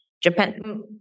Japan